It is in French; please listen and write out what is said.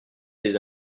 ses